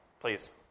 please